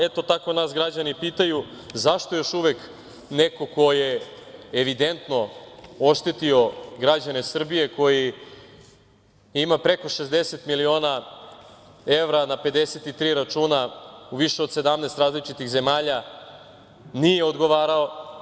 Eto, tako nas građani pitaju, zašto još uvek neko ko je evidentno oštetio građane Srbije kojih ima preko 60 miliona evra na 53 računa u više od 17 različitih zemalja, nije odgovarao.